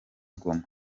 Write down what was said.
goma